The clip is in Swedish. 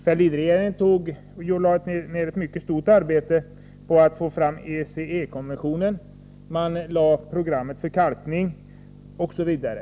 Fälldinregeringarna lade ned mycket stort arbete på att få fram ECE konventionen, de lade fram programmet för kalkning osv.